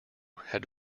had